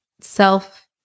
self